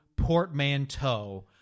Portmanteau